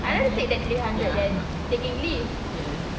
I rather take that three hundred then taking leave